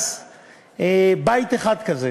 עד אז בית אחד כזה